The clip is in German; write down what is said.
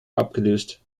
abgelöst